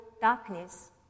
darkness